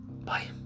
bye